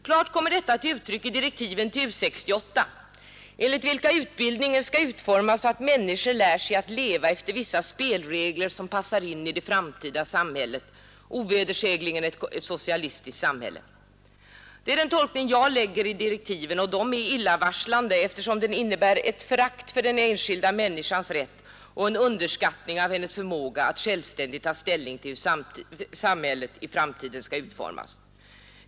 Klart kommer detta till uttryck i direktiven till U 68, enligt vilka utbildningen skall utformas så att människor lär sig att leva efter vissa spelregler som passar in i det framtida samhället, ovedersägligen ett socialistiskt samhälle. Det är den tolkning jag lägger i direktiven. De är illavarslande eftersom de innebär ett förakt för den enskilda människans rätt och en underskattning av hennes förmåga att självständigt ta ställning till hur samhället i framtiden skall utformas.